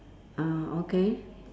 ah okay